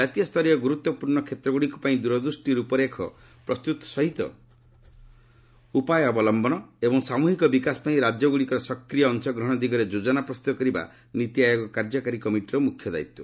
ଜାତୀୟ ସ୍ତରୀୟ ଗୁରୁତ୍ୱପୂର୍ଣ୍ଣ କ୍ଷେତ୍ରଗୁଡ଼ିକ ପାଇଁ ଦୂରଦୃଷ୍ଟି ରୂପରେଖ ପ୍ରସ୍ତୁତ ସହିତ ଉପାୟ ଅବଲମ୍ବନ ଏବଂ ସାମୁହିକ ବିକାଶ ପାଇଁ ରାଜ୍ୟଗୁଡ଼ିକର ସକ୍ରିୟ ଅଂଶଗ୍ରହଣ ଦିଗରେ ଯୋଜନା ପ୍ରସ୍ତୁତ କରିବା ନିତି ଆୟୋଗ କାର୍ଯ୍ୟକାରି କମିଟିର ମୁଖ୍ୟ ଦାୟିତ୍ୱ